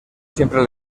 siempre